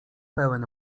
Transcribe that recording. pełen